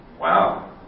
Wow